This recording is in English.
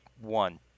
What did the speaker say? one